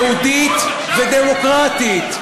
יהודית ודמוקרטית.